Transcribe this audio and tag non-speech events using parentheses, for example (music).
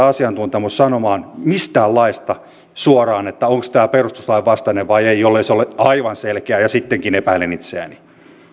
(unintelligible) asiantuntemus sanoa mistään laista suoraan onko tämä perustuslain vastainen vai ei jollei se ole aivan selkeää ja sittenkin epäilen itseäni